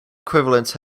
equivalence